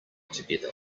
together